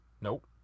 Nope